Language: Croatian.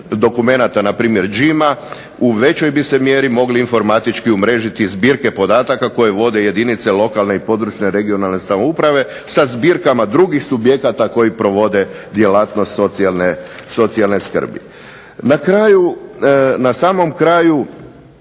se ne razumije./… u većoj bi se mjeri mogli informatički umrežiti zbirke podataka koje vode jedinice lokalne i područne (regionalne) samouprave sa zbirkama drugih subjekata koji provode djelatnost socijalne skrbi. Na kraju, na samom kraju